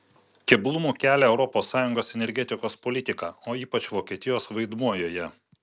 keblumų kelia europos sąjungos energetikos politika o ypač vokietijos vaidmuo joje